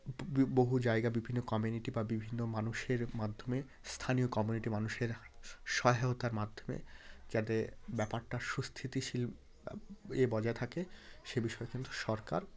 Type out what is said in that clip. বহু জায়গা বিভিন্ন কমিউনিটি বা বিভিন্ন মানুষের মাধ্যমে স্থানীয় কমিউনিটির মানুষের সহায়তার মাধ্যমে যাতে ব্যাপারটা সুস্থিতিশীল এ বজায় থাকে সে বিষয়ে কিন্তু সরকার